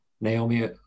Naomi